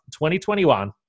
2021